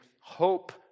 hope